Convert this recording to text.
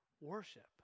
worship